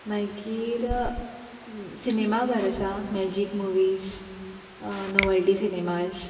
मागीर सिनेमाघर आसा मॅजीक मुवीज नोवलटी सिनेमाज